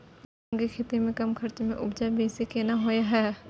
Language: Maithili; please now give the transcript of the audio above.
गेहूं के खेती में कम खर्च में उपजा बेसी केना होय है?